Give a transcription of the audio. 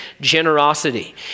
generosity